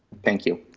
thank you.